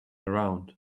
around